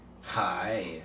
Hi